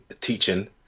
teaching